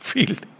Field